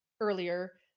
earlier